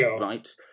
right